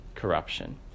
Corruption